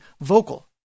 vocal